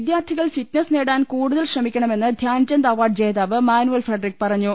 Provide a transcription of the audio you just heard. വിദ്യാർഥികൾ ഫിറ്റ്നസ് നേടാൻ കൂടുതൽ ശ്രമിക്കണമെന്ന് ധ്യാൻചന്ദ് അവാർഡ് ജേതാവ് മാനുവൽ ഫ്രെഡറിക് പറഞ്ഞു